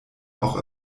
auch